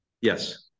Yes